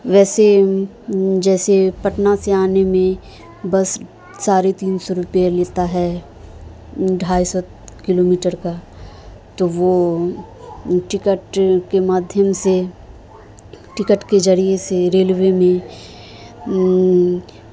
ویسے جیسے پٹنہ سے آنے میں بس ساڑھے تین سو روپیہ لیتا ہے ڈھائی سو کلو میٹر کا تو وہ ٹکٹ کے مادھیم سے ٹکٹ کے ذریعے سے ریلوے میں